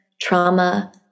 trauma